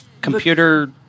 computer